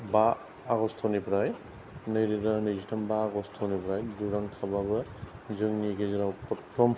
बा आगष्टनिफ्राय नैरोजा नैजिथाम बा आगष्टनिफ्राय डुरान्ड कापाबो जोंनि गेजेराव प्रतम